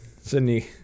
sydney